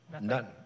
None